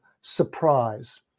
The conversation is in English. surprise